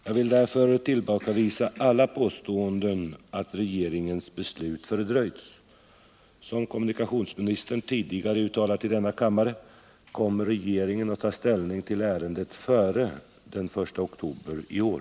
Jag vill därför tillbakavisa alla påståenden att regeringens beslut fördröjts. Som kommunikationsministern tidigare uttalat i denna kammare kommer regeringen att ta ställning till ärendet före den 1 oktober i år.